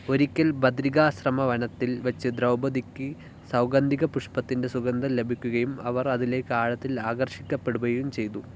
ഒരിക്കൽ ബദരിക ആശ്രമ വനത്തിൽ വച്ച് ദ്രൗപദിക്ക് സൗഗന്ധികപുഷ്പത്തിൻ്റെ സുഗന്ധം ലഭിക്കുകയും അവര് അതിലേക്ക് ആഴത്തിൽ ആകർഷിക്കപ്പെടുകയും ചെയ്തു